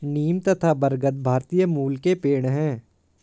नीम तथा बरगद भारतीय मूल के पेड है